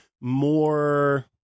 more